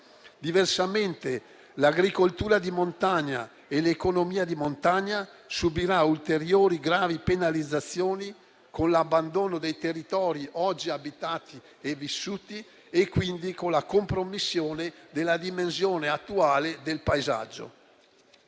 Diversamente, l'agricoltura e l'economia di montagna subiranno ulteriori gravi penalizzazioni, con l'abbandono dei territori oggi abitati e vissuti e, quindi, con la compromissione della dimensione attuale del paesaggio.